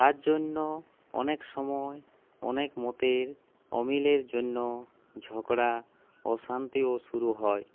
তার জন্য অনেক সময় অনেক মতের অমিলের জন্য ঝগড়া অশান্তিও শুরু হয়